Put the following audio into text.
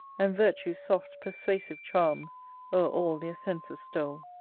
and virtue's soft persuasive charms o'er all their senses stole.